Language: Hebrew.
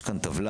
יש כאן טבלה,